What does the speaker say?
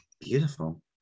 beautiful